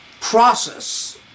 process